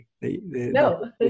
No